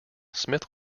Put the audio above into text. smith